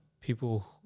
people